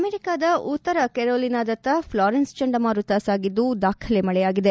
ಅಮೆರಿಕಾದ ಉತ್ತರ ಕರೋಲಿನಾದತ್ತ ಫ್ಲಾರೆನ್ಸ್ ಚಂಡಮಾರುತ ಸಾಗಿದ್ದು ದಾಖಲೆ ಮಳೆಯಾಗಿದೆ